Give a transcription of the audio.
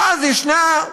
ואז ישנה,